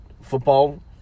football